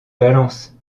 balance